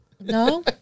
No